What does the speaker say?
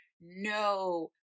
no